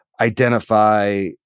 identify